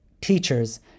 teachers